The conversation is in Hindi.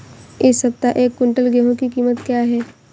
इस सप्ताह एक क्विंटल गेहूँ की कीमत क्या है?